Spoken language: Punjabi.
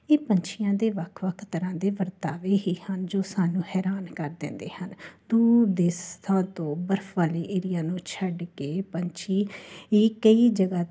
ਇਹ ਪੰਛੀਆਂ ਦੇ ਵੱਖ ਵੱਖ ਤਰ੍ਹਾਂ ਦੇ ਵਰਤਾਵੇ ਹੀ ਹਨ ਜੋ ਸਾਨੂੰ ਹੈਰਾਨ ਕਰ ਦਿੰਦੇ ਹਨ ਦੂਰ ਦੇਸ਼ਾਂ ਤੋਂ ਬਰਫ ਵਾਲੇ ਏਰੀਆ ਨੂੰ ਛੱਡ ਕੇ ਪੰਛੀ ਇਹ ਕਈ ਜਗ੍ਹਾ